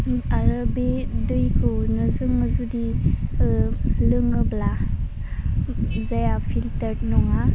आरो बे दैखौनो जोङो जुदि ओह लोङोब्ला जाया फिल्टार नङा